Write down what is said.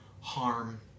harm